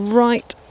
right